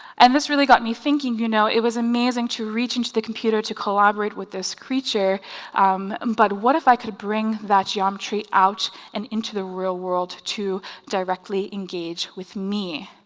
and this really got me thinking you know it was amazing to reach into the computer to collaborate with this creature but what if i could bring that geometry out and into the real world to directly engage with me.